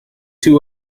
too